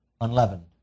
unleavened